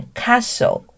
castle